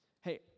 hey